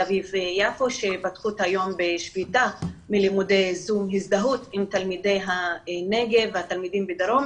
אביב-יפו שפתחו את היום בשביתת הזדהות עם תלמידי הנגב והתלמידים בדרום,